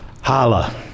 holla